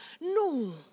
no